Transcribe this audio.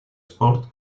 sport